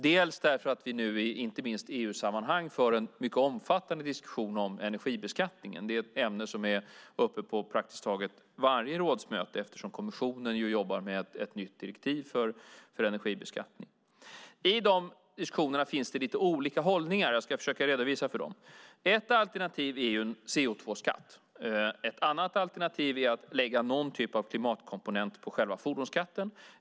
Dels är diskussionen viktig för att vi nu inte minst i EU-sammanhang för en mycket omfattande diskussion om energibeskattningen. Det är ett ämne som är uppe på praktiskt taget varje rådsmöte, eftersom kommissionen ju jobbar med ett nytt direktiv för energibeskattning. I dessa diskussioner finns lite olika hållningar, och jag ska försöka redovisa dem. Ett alternativ är en CO2-skatt. Ett annat alternativ är att lägga någon typ av klimatkomponent på själva fordonsskatten.